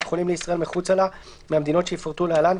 חולים לישראל מחוצה לה מהמדינות שיפורטו להלן,